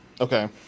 Okay